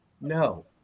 no